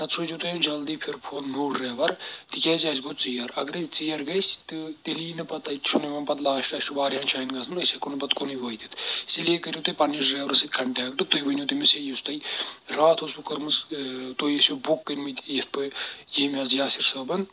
نَتہِ سوٗزِو تُہۍ جلدی فِل فور نوٚو ڈرٛایِوَر تِکیٛازِ اَسہِ گوٚو ژیَر اگرَے ژیَر گژھِ تہٕ تیٚلہِ یی نہٕ پَتہٕ تَتہِ چھُنہٕ یِوان پَتہٕ لاسٹ اَسہِ چھُ واریاہَن جایَن گژھنَس أسۍ ہؠکو نہٕ پَتہٕ کُنُے وٲتِتھ اسی لیے کٔرِو تُہۍ پَننِس ڈرٛایوَرَس سۭتۍ کَنٹیکٹ تُہۍ ؤنِو تٔمِس یُس تۄہہِ راتھ اوس بُک کرمٕژ تُہۍ ٲسِو بُک کٔرۍ مٕتۍ یِتھ پٲٹھۍ ییٚمہِ حظ یاسِر صٲبَن